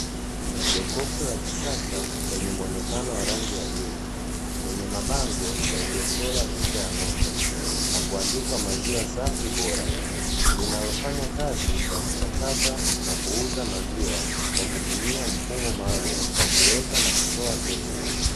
Jokofu la kisasa lenye muonekano wa rangi ya bluu lenye mabango yaliyochorwa picha ya ng'ombe, na kuandikwa "Maziwa safi bora", linalofanya kazi ya kuchakata na kuuza maziwa kwa kutumia mfumo maalumu wa kuweka na kutoa pesa.